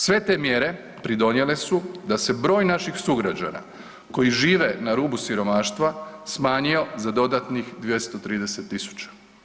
Sve te mjere pridonijele su da se broj naših sugrađana koji žive na rubu siromaštva smanjio za dodatnih 230.000.